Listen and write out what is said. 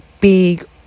big